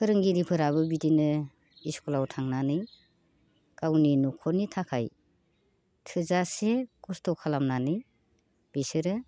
फोरोंगिरिफोराबो बिदिनो इस्कुलाव थांनानै गावनि न'खरनि थाखाय थोजासे खस्थ' खालामनानै बिसोरो